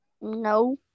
No